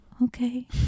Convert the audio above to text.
okay